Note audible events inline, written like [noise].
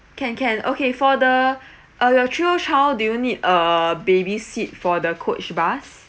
can can okay for the [breath] uh your chil~ child do you need a baby seat for the coach bus